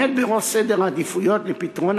הנושא הזה עומד בראש סדר העדיפויות לפתרון,